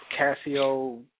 Casio